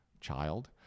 child